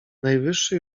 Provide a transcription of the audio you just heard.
najwyższy